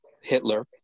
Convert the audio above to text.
Hitler